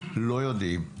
לא יודעים.